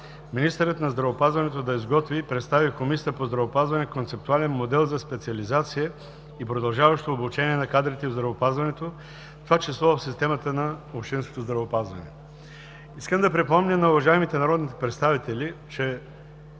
министърът на здравеопазването да изготви и представи в Комисията по здравеопазването концептуален модел за специализация и продължаващо обучение на кадрите в здравеопазването, в това число в системата на общинското здравеопазване.“ Искам да припомня на уважаемите народни представители, че